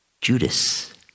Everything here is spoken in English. Judas